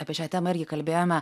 apie šią temą irgi kalbėjome